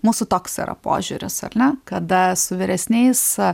mūsų toks yra požiūris ar ne kada su vyresniais